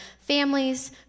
families